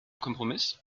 kompromiss